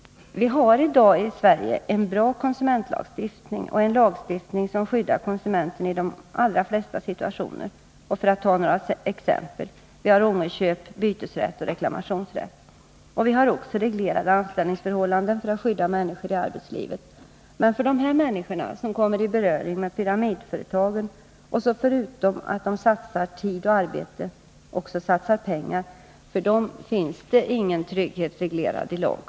Vi har i dag i Sverige en bra konsumentlagstiftning, en lagstiftning som skyddar konsumenten i de allra flesta situationer. För att ta några exempel: vi har ångerköp, bytesrätt och reklamationsrätt. Vi har också reglerade anställningsförhållanden för att skydda människor i arbetslivet. Men för de människor som kommer i beröring med pyramidföretagen och som förutom att de satsar tid och arbete också satsar pengar finns ingen trygghet reglerad i lag.